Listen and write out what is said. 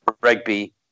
rugby